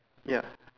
ya